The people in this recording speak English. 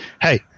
Hey